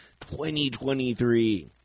2023